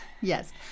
Yes